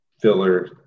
filler